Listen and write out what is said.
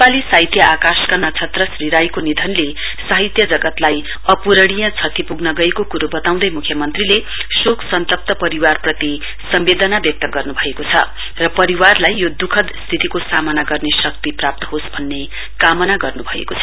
नेपाली साहित्य आकाशका नक्षत्र श्री राईको निधनले साहित्य जगतलाई अपूरणीय क्षति पुग्न गएको कुरो बताउँदै मुख्यमन्त्रीले शोक सन्तप्त परिवारप्रति सम्बेदना व्यक्त गर्नुभएको छ र परिवारलाई यो दखद स्थितिको सामना गर्ने शक्ति प्राप्त होस् भन्ने कामना गर्नुभएको छ